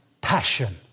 Passion